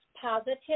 positive